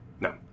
No